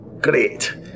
Great